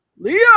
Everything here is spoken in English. Leo